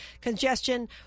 congestion